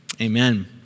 Amen